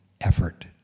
effort